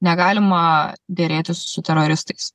negalima derėtis su teroristais